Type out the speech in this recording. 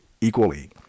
equally